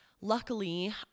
luckily